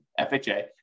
FHA